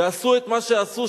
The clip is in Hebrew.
ועשו את מה שעשו,